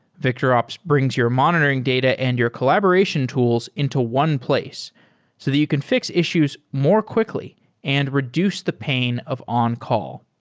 victorops brings your monitoring data and your collaboration tools into one place so that you can fix issues more quickly and reduce the pain of on-call.